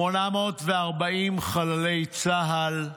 840 חללי צה"ל,